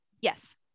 Yes